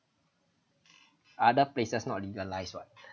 other places not legalized [what]